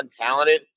untalented